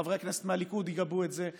חברי כנסת מהליכוד יגבו את זה,